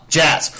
jazz